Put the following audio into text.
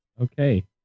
Okay